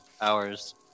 Hours